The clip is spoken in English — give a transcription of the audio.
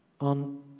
on